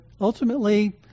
ultimately